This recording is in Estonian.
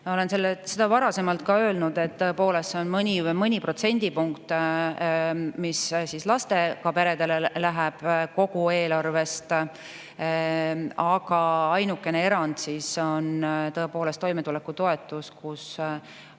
olen seda varasemalt ka öelnud, et see on mõni protsent või mõni protsendipunkt, mis lastega peredele läheb kogu eelarvest. Ainukene erand on tõepoolest toimetulekutoetus, kus